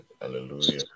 Hallelujah